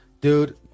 dude